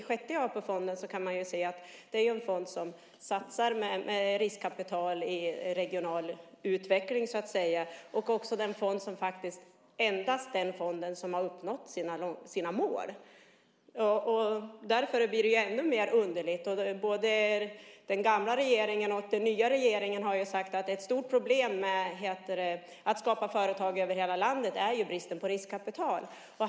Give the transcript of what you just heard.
Sjätte AP-fonden är den fond som satsar med riskkapital på regional utveckling och är också den enda fond som har uppnått sina mål. Därför blir det ännu mer underligt. Både den gamla och den nya regeringen har ju sagt att det stora problemet med att skapa företag över hela landet är bristen på riskkapital.